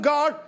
God